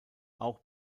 auch